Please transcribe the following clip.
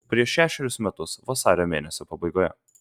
prieš šešerius metus vasario mėnesio pabaigoje